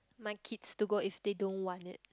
my kids to go if they don't want it